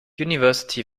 university